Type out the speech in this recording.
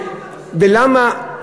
ולמה,